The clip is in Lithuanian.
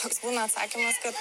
toks būna atsakymas kad